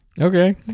okay